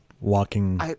walking